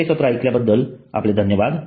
हे सत्र ऐकल्याबद्दल आपले धन्यवाद